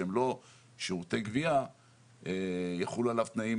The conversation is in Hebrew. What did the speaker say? שהם לא שירותי גבייה - יחולו עליו תנאים